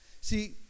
see